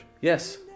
Yes